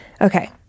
Okay